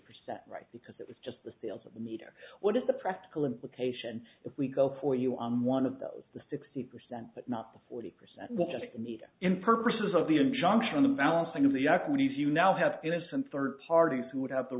percent right because it was just the sales of the meter what is the practical implication if we go for you on one of those the sixty percent but not the forty percent water they can meet in purposes of the injunction the balancing of the activities you now have innocent third parties who would have the